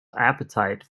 appetite